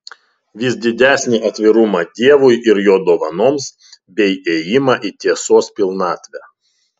vis didesnį atvirumą dievui ir jo dovanoms bei ėjimą į tiesos pilnatvę